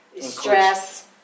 stress